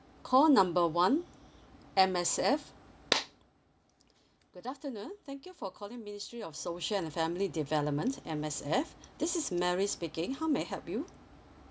call number one M_S_F good afternoon thank you for calling ministry of social and family development M_S_F this is mary speaking how may I help you